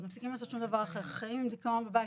אני מייצגת פה קול קבוצתי,